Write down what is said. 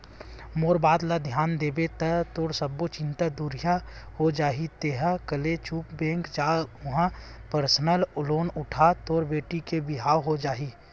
मोर बात धियान देबे ता तोर सब्बो चिंता दुरिहा हो जाही तेंहा कले चुप बेंक जा उहां परसनल लोन उठा तोर बेटी के बिहाव हो जाही